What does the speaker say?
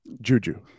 Juju